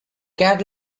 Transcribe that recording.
cat